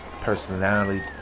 personality